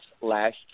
last